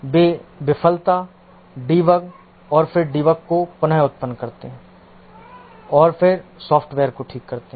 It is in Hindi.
वे विफलता डीबग और फिर डीबग को पुन उत्पन्न करते हैं और फिर सॉफ़्टवेयर को ठीक करते हैं